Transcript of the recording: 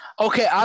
Okay